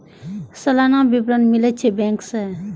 सलाना विवरण मिलै छै बैंक से?